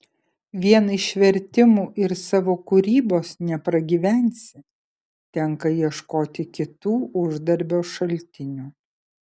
vien iš vertimų ir savo kūrybos nepragyvensi tenka ieškoti kitų uždarbio šaltinių